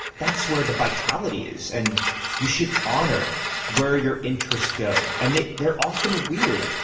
that's where the vitality is and you should honour where your interests go and they they are often weird.